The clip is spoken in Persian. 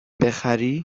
بخری